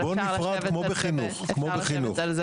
אפשר לשבת על זה